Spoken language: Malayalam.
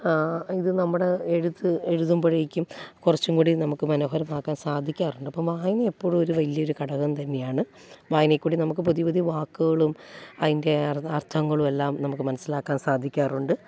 ഇതു നമ്മുടെ എഴുത്ത് എഴുതുമ്പോഴേക്കും കുറച്ചും കൂടി നമുക്ക് മനോഹരമാക്കാൻ സാധിക്കാറുണ്ട് അപ്പോൾ വായന എപ്പോഴും ഒരു വലിയൊരു ഘടകം തന്നെയാണ് വായനയിൽക്കൂടി നമുക്ക് പുതിയ പുതിയ വാക്കുകളും അതിൻ്റെ അർത്ഥങ്ങളും എല്ലാം നമുക്ക് മനസ്സിലാക്കാൻ സാധിക്കാറുണ്ട്